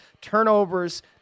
turnovers